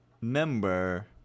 member